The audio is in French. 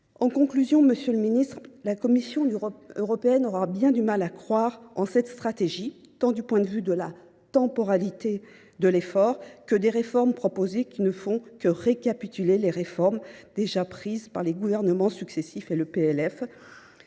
En conclusion, monsieur le ministre, la Commission européenne aura bien du mal à croire en votre stratégie, tant en ce qui concerne la temporalité de l’effort que les réformes proposées, qui ne font que récapituler des mesures déjà prises par les gouvernements successifs ou